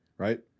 right